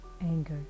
anger